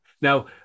Now